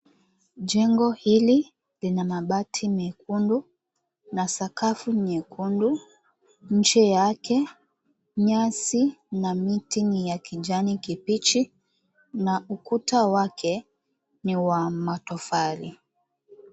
Jengo hili lina mabati mekundu na sakafu nyekundu, nje yake nyasi na miti ya kijani kibichi na ukuta wake ni wa matofali.